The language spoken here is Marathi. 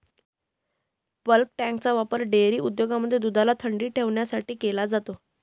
बल्क टँकचा वापर डेअरी उद्योगांमध्ये दुधाला थंडी ठेवण्यासाठी केला जातो